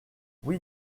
oui